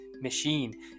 machine